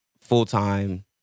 full-time